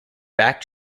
back